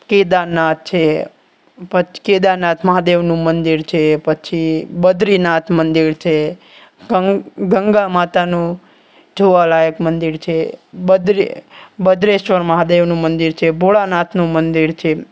કેદારનાથ છે પછી કેદારનાથ મહાદેવનું મંદિર છે પછી બદ્રીનાથ મંદિર છે ગંગા માતાનું જોવાલાયક મંદિર છે બદરે બદ્રેશ્વર મહાદેવનું મંદિર છે ભોળાનાથનું મંદિર છે